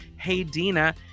HeyDina